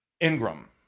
Ingram